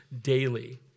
daily